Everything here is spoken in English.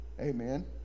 Amen